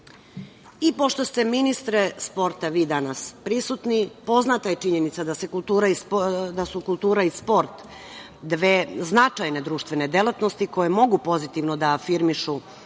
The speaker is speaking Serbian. ste, ministre sporta, vi danas prisutni, poznata je činjenica da su kultura i sport dve značajne društvene delatnosti koje mogu pozitivno da afirmišu